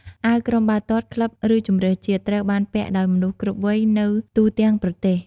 អាវក្រុមបាល់ទាត់ ក្លឹប ឬជម្រើសជាតិ ត្រូវបានពាក់ដោយមនុស្សគ្រប់វ័យនៅទូទាំងប្រទេស។